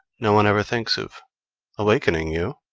no one ever thinks of awakening you,